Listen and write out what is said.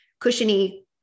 cushiony